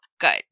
good